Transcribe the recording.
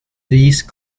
these